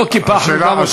לא קיפחנו גם אותך.